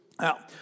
Now